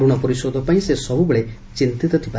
ଋଣ ପରିଶୋଧ ପାଇଁ ସେ ସବୁବେଳେ ଚିନ୍ତିତ ଥିଲେ